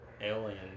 alien